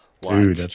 Dude